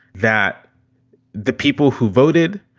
that the people who voted,